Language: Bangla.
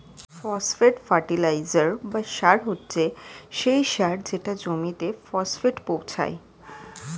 ফসফেট ফার্টিলাইজার বা সার হচ্ছে সেই সার যেটা জমিতে ফসফেট পৌঁছায়